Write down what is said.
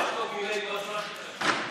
יחטוף ממני בצורה הכי קשה,